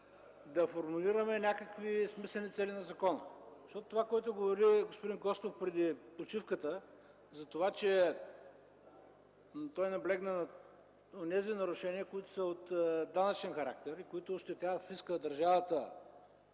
да формулираме някакви смислени цели на закона. Това, което каза господин Костов преди почивката, а той наблегна на онези нарушения, които са от данъчен характер, и които ощетяват фиска, държавата,